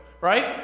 Right